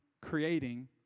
creating